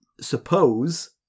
suppose